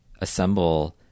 assemble